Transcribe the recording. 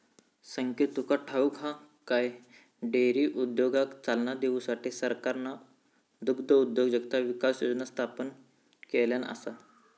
संकेत तुका ठाऊक हा काय, डेअरी उद्योगाक चालना देऊसाठी सरकारना दुग्धउद्योजकता विकास योजना स्थापन केल्यान आसा